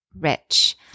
Rich